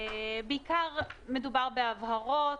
בעיקר מדובר בהבהרות,